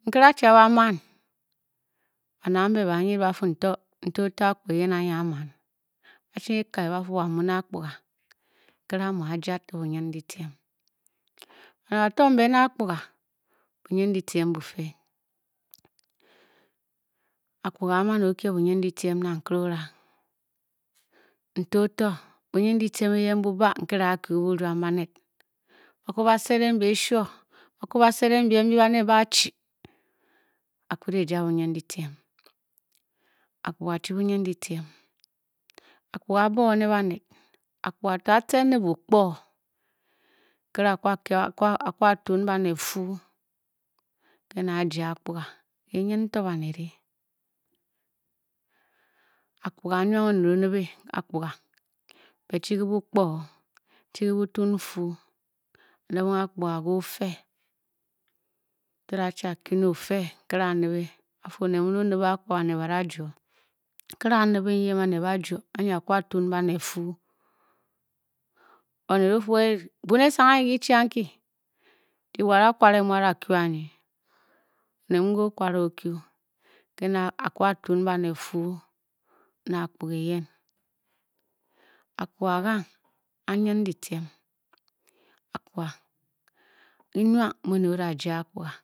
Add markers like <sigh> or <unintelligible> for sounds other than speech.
Nkere achi a-ba a man, bamed ambe ba myidi ba fu n to, a òto akpuga eyen a a man, Ba chi kabe ba fu wo amu ne akpuga, nkere amu a a ja to bunyindyitiem baned ba to mbe ne akpuga bunyindyitiem bu fii. akpuga a- a o-kye bunyindyitiem eyen bu ba-nkere <unintelligible> a-kyu ke buruam baned ba kwu ba-sedeng beh shyo. ba kwu ba-sedeng biem mbi baned bà-a chi akped eja bunyin dyitiem. Akpuga chii bunyindyitiem akpuga a-bà-o ne baned akpuga to atcen ne buukpo nkere a kyu a kye a, a kwu a tuun baned fuu. ke na a-ja akpuga. keh nyin to ba nede akpuga a-nwang oned o-nibe akpuga bot du ke bukpo. chi ke bu tuun fuu. a-nibe akpuga. ke ofe erenghe achi a-kyu ne ofe nkere a-a nibe. ba fu oned mun onibe. akpuga baned bada a juo. nkere a a nibe nyi yen baned ba-a juo. a kwu tun baned fwu. oned o-fu eeh bunesang anyi ke chi anki, wo a-da-a kware mu a-da kyu anyi. oned mun mu okware. Kè na a kwu a-tun baned fuu ne. akpuga eyen. akpuga gang anyin dyitiem. Akpuga. kimwa nki oned o-da ja akpuga